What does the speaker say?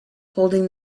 holding